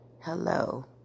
Hello